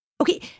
Okay